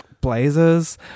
blazers